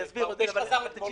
אני אסביר, עודד.